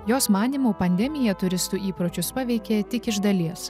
jos manymu pandemija turistų įpročius paveikė tik iš dalies